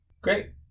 Great